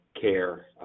care